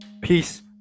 peace